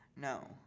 No